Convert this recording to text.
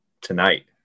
tonight